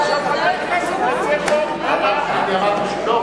זאת הממשלה, אבל עכשיו חבר כנסת רוצה חוק,